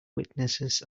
witnesses